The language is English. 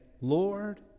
Lord